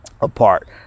apart